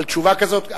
אבל תשובה כזאת,